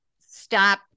stop